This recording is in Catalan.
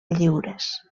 lliures